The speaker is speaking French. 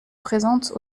présente